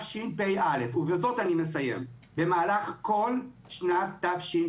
ובזאת אני מסיים, במהלך כל תשפ"א